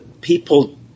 People